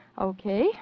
Okay